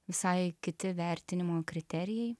visai kiti vertinimo kriterijai